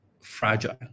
fragile